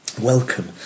welcome